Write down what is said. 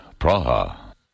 Praha